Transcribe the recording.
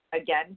again